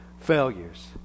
failures